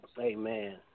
Amen